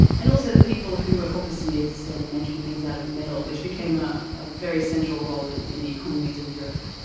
and also the people who were coppersmiths and making things out of metal, which became a ah very central role in in the economies of europe.